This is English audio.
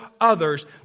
others